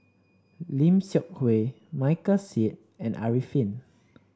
Lim Seok Hui Michael Seet and Arifin